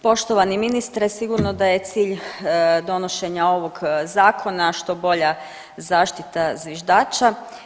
Poštovani ministre, sigurno da je cilj donošenja ovog zakona što bolja zaštita zviždača.